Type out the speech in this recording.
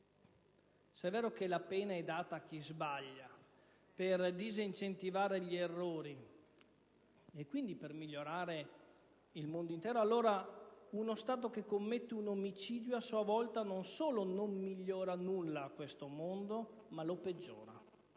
Se è vero che la pena è data a chi sbaglia per disincentivare gli errori e, quindi, per migliorare il mondo intero, allora uno Stato che commette un omicidio, a sua volta, non solo non migliora nulla in questo mondo, ma lo peggiora.